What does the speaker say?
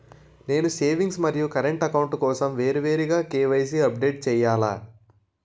నేను సేవింగ్స్ మరియు current account కోసం వేరువేరుగా కే.వై.సీ అప్డేట్ చేయాలా?